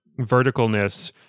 verticalness